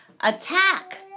Attack